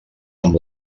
amb